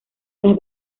las